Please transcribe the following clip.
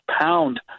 pound